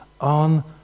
on